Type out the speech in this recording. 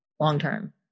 long-term